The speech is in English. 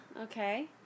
Okay